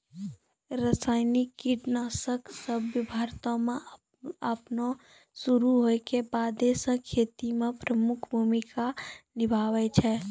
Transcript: रसायनिक कीटनाशक सभ भारतो मे अपनो शुरू होय के बादे से खेती मे प्रमुख भूमिका निभैने छै